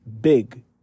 big